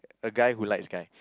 a guy who likes guy